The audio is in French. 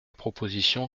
proposition